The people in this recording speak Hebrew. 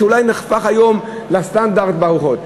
שאולי נהפך היום לסטנדרט בארוחות.